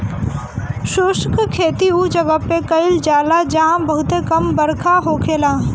शुष्क खेती उ जगह पे कईल जाला जहां बहुते कम बरखा होखेला